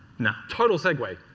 total segue,